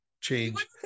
change